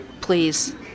please